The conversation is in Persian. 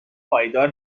پایدار